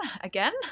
again